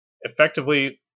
effectively